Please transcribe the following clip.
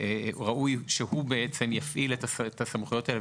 ראוי שהוא יפעיל את הסמכויות האלה,